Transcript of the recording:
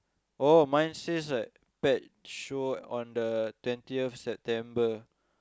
oh mine says like pet show on the twentieth of September